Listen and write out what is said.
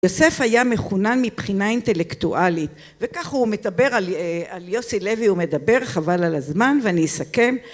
יוסף היה מחונן מבחינה אינטלקטואלית וכך הוא מדבר על יוסי לוי הוא מדבר חבל על הזמן ואני אסכם